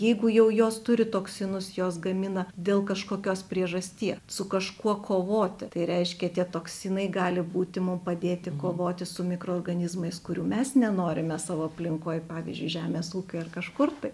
jeigu jau jos turi toksinus jos gamina dėl kažkokios priežasties su kažkuo kovoti tai reiškia tie toksinai gali būti mum padėti kovoti su mikroorganizmais kurių mes nenorime savo aplinkoj pavyzdžiui žemės ūky ar kažkur tai